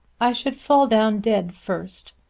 i should fall down dead first.